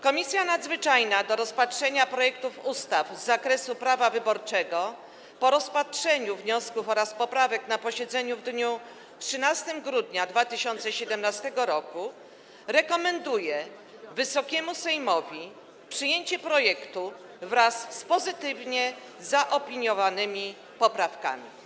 Komisja Nadzwyczajna do rozpatrzenia projektów ustaw z zakresu prawa wyborczego po rozpatrzeniu wniosków oraz poprawek na posiedzeniu w dniu 13 grudnia 2017 r. rekomenduje Wysokiemu Sejmowi przyjęcie projektu wraz z pozytywnie zaopiniowanymi poprawkami.